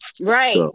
Right